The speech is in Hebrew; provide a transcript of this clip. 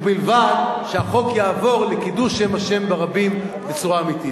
ובלבד שהחוק יעבור לקידוש שם השם ברבים בצורה אמיתית.